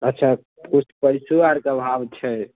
अच्छा फिर परीक्षो आरके अभाव छै